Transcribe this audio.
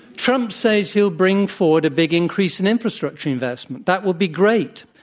trump says he'll bring forward a big increase in infrastructure investment. that would be great.